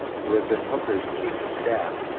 who had been hooker's chief of staff,